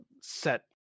set